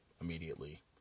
immediately